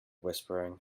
whispering